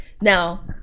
now